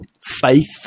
faith